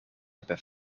hebben